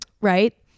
right